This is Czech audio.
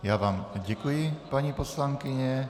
Já vám děkuji, paní poslankyně.